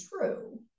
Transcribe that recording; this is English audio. true